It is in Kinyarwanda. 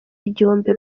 igihumbi